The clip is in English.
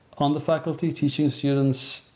on the faculty teaching students,